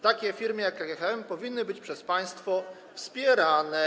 Takie firmy jak KGHM powinny być przez państwo wspierane.